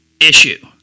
issue